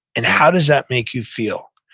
and how does that make you feel?